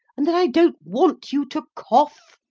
and that i don't want you to cough?